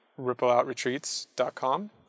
rippleoutretreats.com